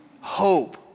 hope